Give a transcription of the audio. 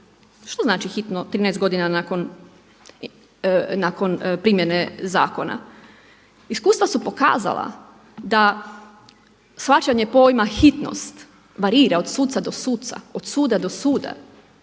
Što znači hitno 13 godina nakon primjene zakona? Iskustva su pokazala da shvaćanje pojma hitnost varira od suca do suca, od suda do suda